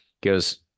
goes